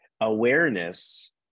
awareness